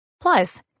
Plus